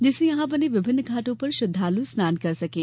जिससे यहां बने विभिन्न घाटों पर श्रद्धालु स्नान कर सकें